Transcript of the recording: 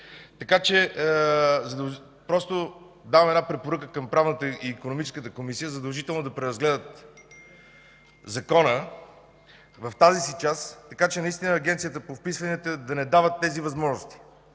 го знаят. Давам една препоръка към Правната и Икономическата комисия – задължително да преразгледат Закона в тази част, така че наистина Агенцията по вписванията да не дава тези възможности.